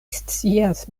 scias